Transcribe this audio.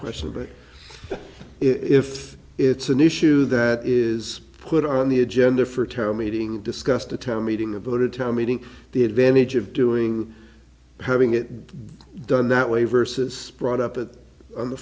question but if it's an issue that is put on the agenda for terror meeting discussed a town meeting or a bit of town meeting the advantage of doing having it done that way versus brought up at the